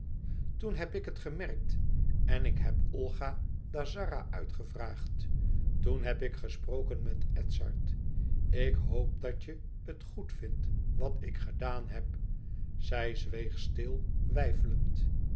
toen heb ik het gemerkt en ik heb olga dazzara uitgevraagd toen heb ik gesproken met edzard ik hoop dat je het goed vindt wat ik gedaan heb zij zweeg stil